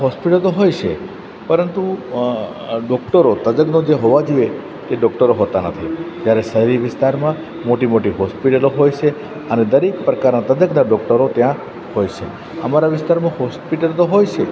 hospital તો હોય છે પરંતુ ડોક્ટરો તજજ્ઞ જે હોવાં જોઈએ તે ડોકટરો હોતાં નથી જ્યારે શહેરી વિસ્તારમાં મોટી મોટી હોસ્પિટલો હોય છે અને દરેક પ્રકારનાં તજજ્ઞ ડોક્ટરો ત્યાં હોય છે અમારા વિસ્તારમાં હોસ્પિટલ તો હોય છે